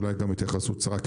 אולי גם התייחסות קצרה,